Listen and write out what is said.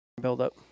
buildup